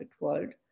world